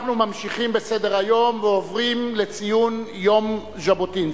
אנחנו ממשיכים בסדר-היום ועוברים לציון יום ז'בוטינסקי.